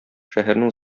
шәһәрнең